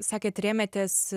sakėt rėmėtės